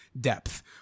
depth